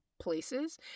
places